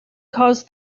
cause